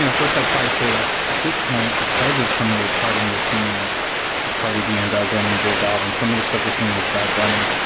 you know first set price say that at this point, because of some of the charting we've seen like with khadi being bradburn and jay ballard and some of the stuff we're seeing with bat bunny,